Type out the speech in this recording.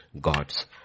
God's